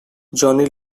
johnny